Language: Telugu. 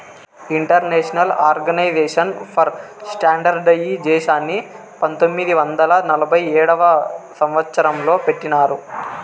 ఇంటర్నేషనల్ ఆర్గనైజేషన్ ఫర్ స్టాండర్డయిజేషన్ని పంతొమ్మిది వందల నలభై ఏడవ సంవచ్చరం లో పెట్టినారు